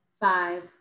five